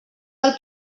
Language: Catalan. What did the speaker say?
del